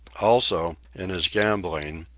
also, in his gambling,